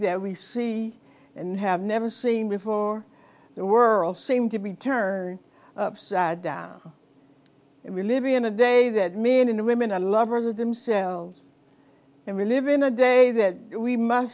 that we see and have never seen before the world seemed to be turned upside down and we're living in a day that men and women and lover of themselves and we live in a day that we must